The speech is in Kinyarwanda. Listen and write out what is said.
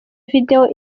video